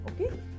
okay